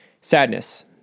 Sadness